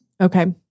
Okay